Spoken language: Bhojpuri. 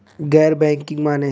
गैर बैंकिंग माने?